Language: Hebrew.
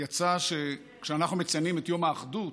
יצא שכשאנחנו מציינים את יום האחדות,